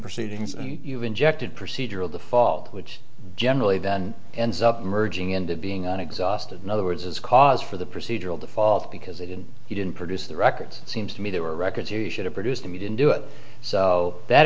proceedings and you've injected procedural default which generally then ends up merging into being an exhausted in other words as cause for the procedural default because they didn't he didn't produce the records it seems to me they were records he should have produced them he didn't do it so that